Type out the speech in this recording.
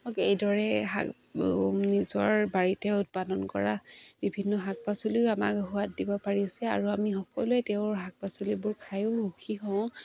এইদৰে শাক নিজৰ বাৰীতে উৎপাদন কৰা বিভিন্ন শাক পাচলিও আমাক সোৱাদ দিব পাৰিছে আৰু আমি সকলোৱে তেওঁৰ শাক পাচলিবোৰ খায়ো সুখী হওঁ